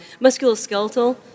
Musculoskeletal